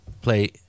play